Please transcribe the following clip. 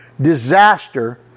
disaster